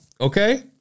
Okay